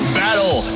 battle